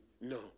No